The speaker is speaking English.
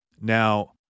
Now